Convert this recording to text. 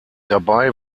dabei